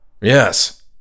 Yes